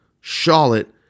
Charlotte